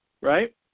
right